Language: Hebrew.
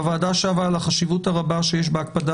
הוועדה שבה על החשיבות הרבה שיש בהקפדה